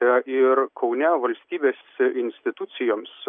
ir kaune valstybės institucijoms